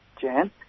Jan